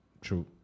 True